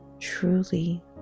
truly